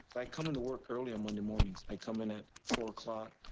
i come into work early on monday mornings, i come in at four